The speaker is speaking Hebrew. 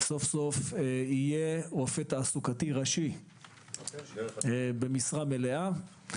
סוף סוף יהיה רופא תעסוקתי ראשי במשרה מלאה.